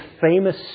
famous